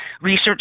Research